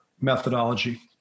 methodology